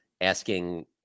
asking